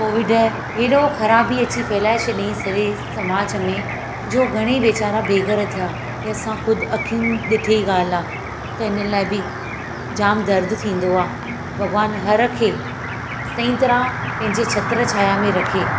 Covid हेॾो ख़राबी अची फैलाए छॾी सॼे समाज में जो घणई वेचारा बेघर थिया ई असां ख़ुदि अखियुनि ॾिठे ॻाल्हि आहे ऐं हिन लाइ बि जाम दर्द थींदो आहे भॻवान हर खे सही तरह पंहिंजे छत्र छाया में रखे